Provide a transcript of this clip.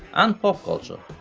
and pop culture,